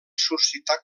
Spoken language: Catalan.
suscitar